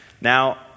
Now